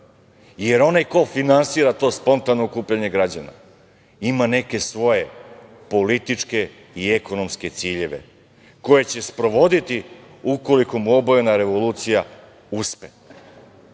jer onaj ko finansira to spontano okupljanje građana ima neke svoje političke i ekonomske ciljeve koje će sprovoditi ukoliko mu obojena revolucija